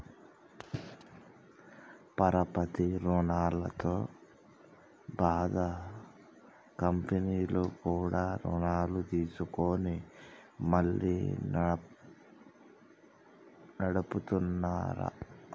పరపతి రుణాలతో బాధ కంపెనీలు కూడా రుణాలు తీసుకొని మళ్లీ నడుపుతున్నార